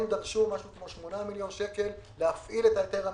הם דרשו כ-8 מיליון שקל כדי להפעיל את היתר המכירה.